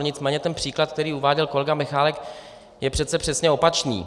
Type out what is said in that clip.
Nicméně ten příklad, který uváděl kolega Michálek, je přece přesně opačný.